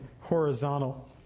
horizontal